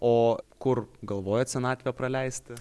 o kur galvojat senatvę praleisti